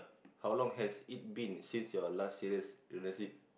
how long has it been since your last serious relationship